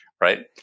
Right